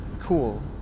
cool